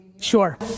Sure